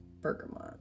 Bergamot